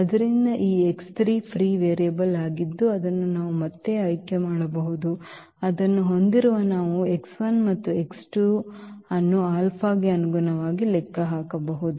ಆದ್ದರಿಂದ ಈ free variable ಆಗಿದ್ದು ಅದನ್ನು ನಾವು ಮತ್ತೆ ಆಯ್ಕೆ ಮಾಡಬಹುದು ಅದನ್ನು ಹೊಂದಿರುವ ನಾವು ಮತ್ತು ಅನ್ನು ಗೆ ಅನುಗುಣವಾಗಿ ಲೆಕ್ಕ ಹಾಕಬಹುದು